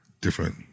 different